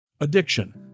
Addiction